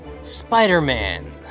Spider-Man